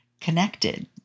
connected